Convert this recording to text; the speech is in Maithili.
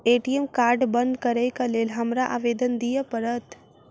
ए.टी.एम कार्ड बंद करैक लेल हमरा आवेदन दिय पड़त?